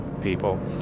people